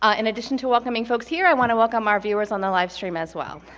ah in addition to welcoming folks here, i want to welcome our viewers on the live stream as well.